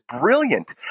brilliant